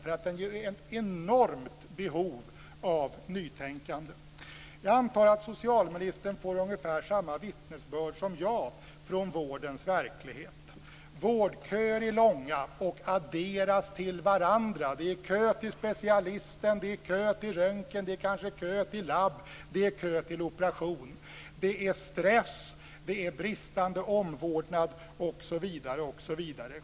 Det finns nämligen ett enormt behov av nytänkande. Jag antar att socialministern får ungefär samma vittnesbörd som jag från vårdens verklighet. Vårdköerna är långa och adderas till varandra. Det är kö till specialisten, kö till röntgen, kö till labb och kö till operation. Det är stress, bristande omvårdnad osv.